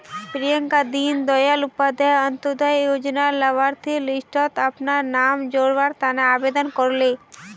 प्रियंका दीन दयाल उपाध्याय अंत्योदय योजनार लाभार्थिर लिस्टट अपनार नाम जोरावर तने आवेदन करले